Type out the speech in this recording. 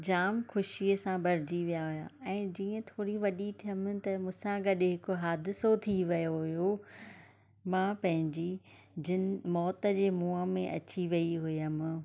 जाम ख़ुशीअ सां भरिजी विया हुआ ऐं जीअं थोरी वॾी थियमि त मूंसां गॾु हिकु हादिसो थी वियो हुओ मां पंहिंजी जिन मौत जे मुंहं में अची वई हुअमि